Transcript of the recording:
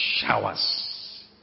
showers